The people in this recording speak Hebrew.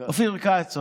אופיר כץ.